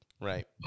Right